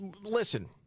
listen